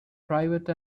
private